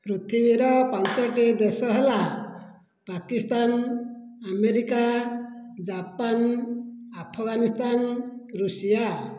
ପୃଥିବୀର ପାଞ୍ଚଟି ଦେଶ ହେଲା Pakistan America Japan Afghanistan Russia